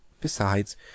Besides